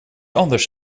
anders